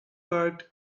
parked